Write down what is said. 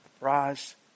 rise